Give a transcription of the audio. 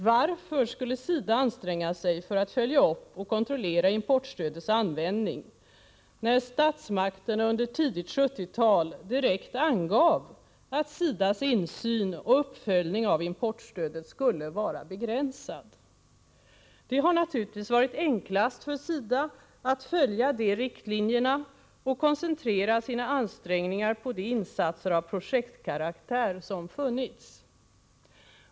Varför skulle SIDA anstränga sig för att följa upp och kontrollera importstödets användning när statsmakterna under tidigt 1970-tal direkt angav att SIDA:s insyn och uppföljning av importstödet skulle vara begränsad? Det har naturligtvis varit enklast för SIDA att följa de riktlinjerna och koncentrera sina ansträngningar på de insatser av projektkaraktär som funnits.